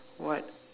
what